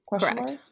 Correct